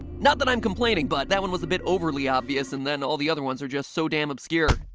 not that i'm complaining, but that one was a bit overly obvious, and then all the other ones are just so damn obscure.